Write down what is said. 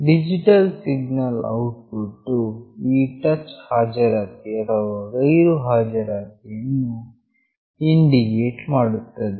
digital signal output ವು ಈ touch ನ ಹಾಜರಾತಿ ಅಥವಾ ಗೈರುಹಾಜರಾತಿಯನ್ನು ಇಂಡಿಕೇಟ್ ಮಾಡುತ್ತದೆ